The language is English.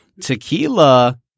Tequila